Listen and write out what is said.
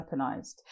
weaponized